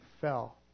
fell